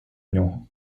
нього